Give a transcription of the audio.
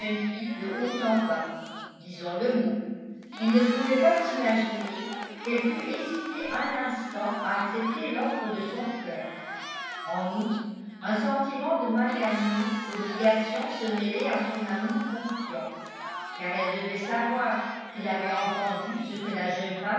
de haut en bas disons le mot qu'il ne pouvait pas s'imaginer qu'elle pût hésiter un instant à accepter l'offre de son cœur en outre un sentiment de magnanime obligation se mêlait à son amour confiant car elle devait savoir qu'il avait entendu ce que la jeune femme